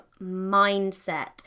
mindset